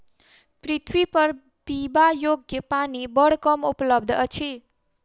पृथ्वीपर पीबा योग्य पानि बड़ कम उपलब्ध अछि